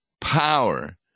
power